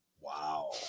Wow